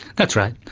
that's right.